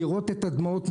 לראות את הדמעות,